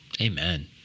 Amen